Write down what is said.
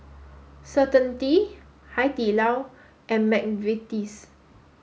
certainty Hai Di Lao and McVitie's